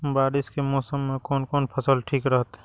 बारिश के मौसम में कोन कोन फसल ठीक रहते?